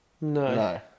No